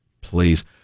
Please